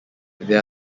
there